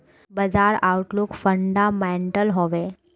बाजार outlook fundamental हैवै?